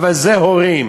אבל זה הורים.